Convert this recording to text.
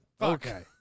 Okay